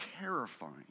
terrifying